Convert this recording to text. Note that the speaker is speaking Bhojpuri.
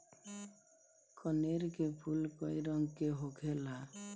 कनेर के फूल कई रंग के होखेला